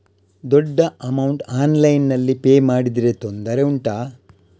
ದೊಡ್ಡ ಅಮೌಂಟ್ ಆನ್ಲೈನ್ನಲ್ಲಿ ಪೇ ಮಾಡಿದ್ರೆ ತೊಂದರೆ ಉಂಟಾ?